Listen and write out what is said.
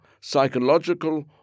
psychological